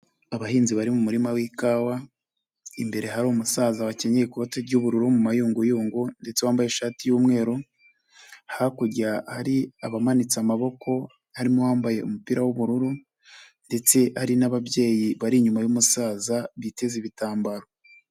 Abahinzi bari mu murima w'ikawa, imbere hari umusaza wakinnye ikoti ry'ubururu mu mayunguyungu, ndetse wambaye ishati y'umweru, hakurya hari abamanitse amaboko harimo uwambaye umupira w'ubururu, ndetse hari n'ababyeyi bari inyuma y'umusaza biteze ibitambaro.